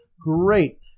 great